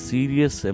Serious